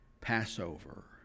Passover